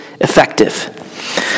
effective